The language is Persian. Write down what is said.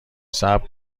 صبر